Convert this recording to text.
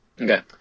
Okay